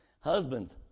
Husbands